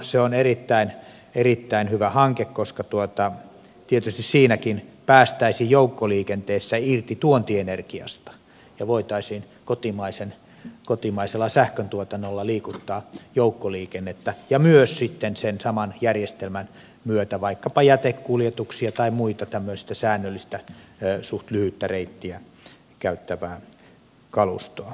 se on erittäin hyvä hanke koska tietysti siinäkin päästäisiin joukkoliikenteessä irti tuontienergiasta ja voitaisiin kotimaisella sähköntuotannolla liikuttaa joukkoliikennettä ja myös sitten sen saman järjestelmän myötä vaikkapa jätekuljetuksia tai muuta tämmöistä säännöllistä suht lyhyttä reittiä käyttävää kalustoa